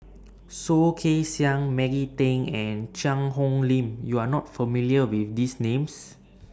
Soh Kay Siang Maggie Teng and Cheang Hong Lim YOU Are not familiar with These Names